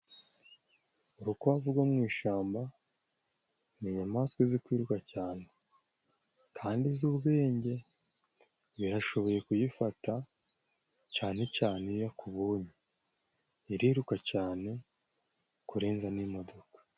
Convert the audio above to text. Urukwavu rwo mu ishamba ni inyamaswa izi kwirwa cyane kandi izi ubwenge. Birashoboye kuyifata cyane cyane iyo akubonye. Iriruka cyane kurenza n'imodoka.